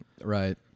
Right